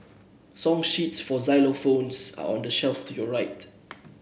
song sheets for xylophones are on the shelf to your right